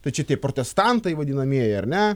tai čia tie protestantai vadinamieji ar ne